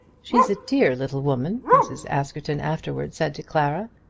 she's a dear little woman, mrs. askerton afterwards said to clara.